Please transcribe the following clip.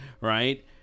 right